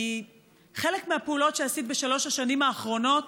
כי חלק מהפעולות שעשית בשלוש השנים האחרונות,